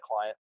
client